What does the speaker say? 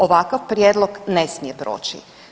Ovakav prijedlog ne smije proći.